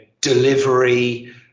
delivery